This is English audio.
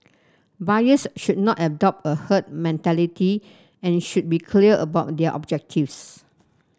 buyers should not adopt a herd mentality and should be clear about their objectives